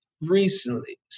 recently